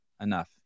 Enough